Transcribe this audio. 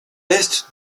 est